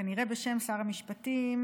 כנראה בשם שר המשפטים,